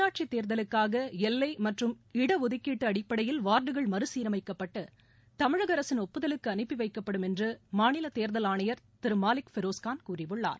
உள்ளாட்சி தேர்தலுக்காக எல்லை மற்றும் இடஒதுக்கீட்டு அடிப்படையில் வாா்டுகள் மறுசீரமைக்கப்பட்டு தமிழக அரசின் ஒப்புதலுக்கு அனுப்பி வைக்கப்படும் என்ற மாநில தேர்தல் ஆணையர் திரு மாலிக் பெரோஸ்கான் கூறியுள்ளார்